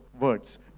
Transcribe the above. words